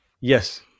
Yes